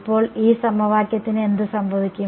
ഇപ്പോൾ ഈ സമവാക്യത്തിന് എന്ത് സംഭവിക്കും